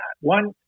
One